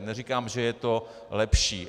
Neříkám, že je to lepší.